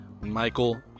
Michael